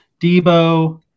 Debo